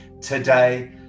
today